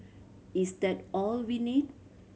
is that all we need